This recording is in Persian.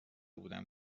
بودم